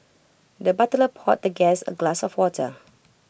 the butler poured the guest A glass of water